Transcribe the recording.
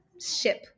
ship